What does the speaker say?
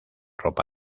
ropa